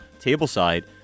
tableside